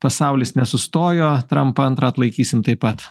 pasaulis nesustojo trampą antrą atlaikysim taip pat